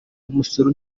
umusoro